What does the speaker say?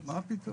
מה פתאום.